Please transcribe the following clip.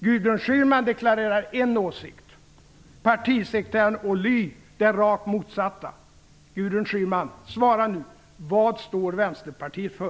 Gudrun Schyman deklarerar en åsikt och partisekreteraren Ohly den rakt motsatta. Svara nu, Gudrun Schyman! Vad står Vänsterpartiet för?